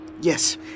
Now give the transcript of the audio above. Yes